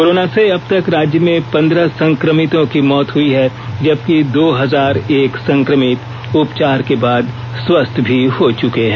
corona से अब तक राज्य में पंद्रह संक्रमितों की मौत हुई है जबकि दो हजार एक संक्रमित उपचार के बाद स्वस्थ हो चुके हैं